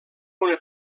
una